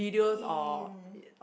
in